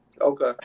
Okay